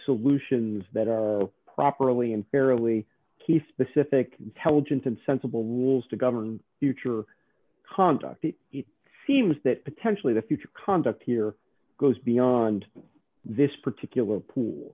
solutions that are properly and fairly key specific intelligence and sensible rules to govern future conduct seems that potentially the future conduct here goes beyond this particular pool